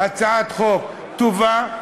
הצעת החוק טובה,